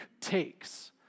takes